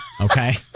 Okay